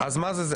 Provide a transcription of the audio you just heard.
קליטה,